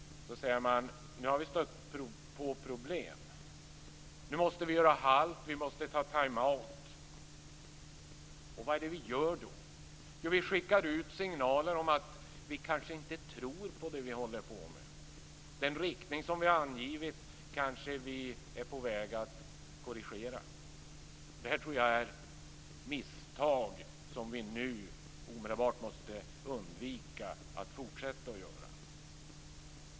Där säger man: Nu har vi stött på problem. Nu måste vi göra halt, vi måste ta time out. Och vad är det vi gör då? Jo, vi skickar ut signaler om att vi kanske inte tror på det vi håller på med. Den riktning som vi har angivit är vi kanske på väg att korrigera. Det här tror jag är misstag som vi nu omedelbart måste undvika att fortsätta göra.